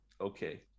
Okay